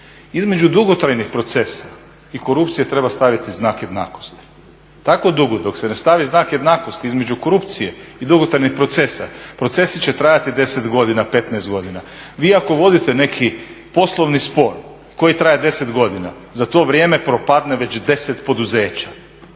Između dugotrajnih procesa i korupcije treba staviti znak jednakosti. Tako dugo dok se ne stavi znak jednakosti između korupcije i dugotrajnih procesa, procesi će trajati 10 godina, 15 godina. Vi ako vodite neki poslovni spor koji traje 10 godina, za to vrijeme propadne već 10 poduzeća.